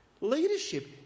Leadership